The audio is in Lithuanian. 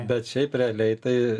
bet šiaip realiai tai